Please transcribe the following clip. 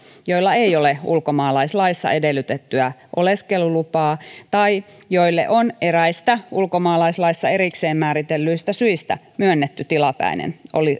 joilla ei ole ulkomaalaislaissa edellytettyä oleskelulupaa tai joille on eräistä ulkomaalaislaissa erikseen määritellyistä syistä myönnetty tilapäinen